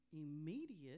immediate